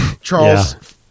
Charles